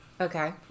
Okay